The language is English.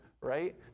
right